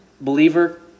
Believer